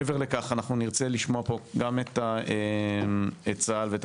מעבר לכך אנחנו נרצה לשמוע פה גם את צה"ל ואת